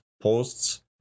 posts